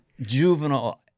juvenile